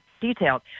detailed